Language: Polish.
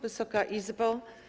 Wysoka Izbo!